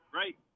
right